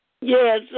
Yes